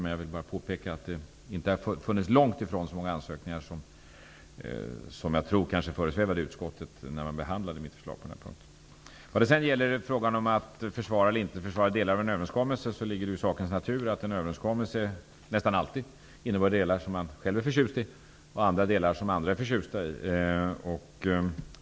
Men jag vill påpeka att det långt ifrån är så många ansökningar som jag tror föresvävade utskottet när mitt förslag på denna punkt behandlades. När det gäller frågan om att försvara eller inte försvara delar av en överenskommelse kan jag säga att det ligger i sakens natur att en överenskommelse nästan alltid innehåller delar som man själv är förtjust i och delar som andra är förtjusta i.